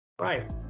right